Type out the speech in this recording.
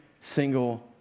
single